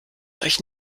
euch